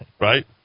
right